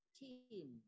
team